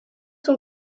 son